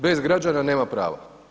Bez građana nema prava.